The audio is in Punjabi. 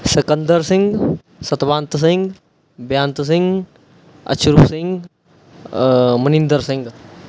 ਸਿਕੰਦਰ ਸਿੰਘ ਸਤਵੰਤ ਸਿੰਘ ਬੇਅੰਤ ਸਿੰਘ ਅਛਰੂ ਸਿੰਘ ਮਨਿੰਦਰ ਸਿੰਘ